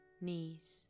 knees